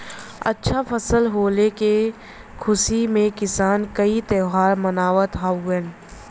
अच्छा फसल होले के खुशी में किसान कई त्यौहार मनावत हउवन